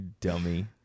Dummy